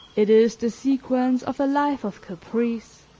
it is the sequence of a life of caprice,